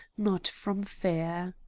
not from fear.